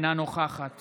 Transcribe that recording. אינה נוכחת